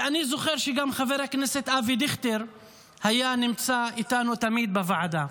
ואני זוכר שגם חבר הכנסת אבי דיכטר היה נמצא איתנו תמיד בוועדה.